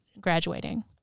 graduating